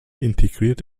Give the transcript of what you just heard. integriert